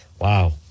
Wow